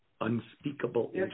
unspeakable